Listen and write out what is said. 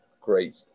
great